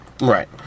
right